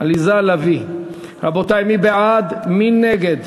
עליזה לביא, רבותי, מי בעד, מי נגד?